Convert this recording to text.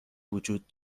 وجود